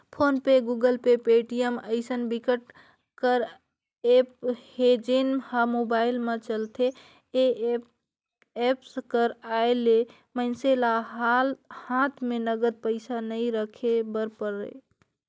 phone पे, Google Pay, Paytm अइसन बिकट कर ऐप हे जेन ह मोबाईल म चलथे ए एप्स कर आए ले मइनसे ल हात म नगद पइसा नइ राखे बर परय